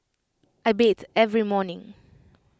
I bathe every morning